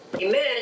Amen